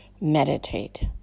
Meditate